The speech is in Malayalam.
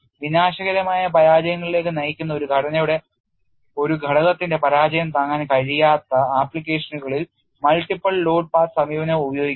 വിനാശകരമായ പരാജയങ്ങളിലേക്ക് നയിക്കുന്ന ഒരു ഘടനയുടെ ഒരു ഘടകത്തിന്റെ പരാജയം താങ്ങാൻ കഴിയാത്ത അപ്ലിക്കേഷനുകളിൽ multiple ലോഡ് path സമീപനം ഉപയോഗിക്കുന്നു